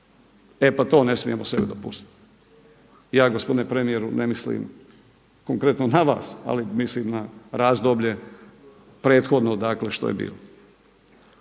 E, pa to ne smijemo sebi dopustiti. Ja gospodine premijeru ne mislim konkretno na vas, ali mislim na razdoblje prethodno dakle što je bilo.